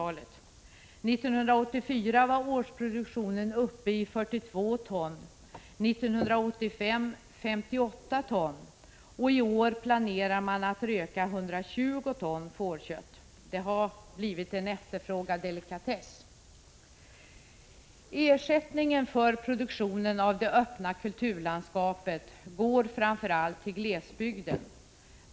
1984 var årsproduktionen uppe i 42 ton, 1985 var den 58 ton och i år planerar man att röka 120 ton fårkött. Det har blivit en efterfrågad delikatess. Ersättningen för produktionen av det öppna kulturlandskapet går framför allt till glesbygden.